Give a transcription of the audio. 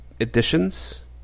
editions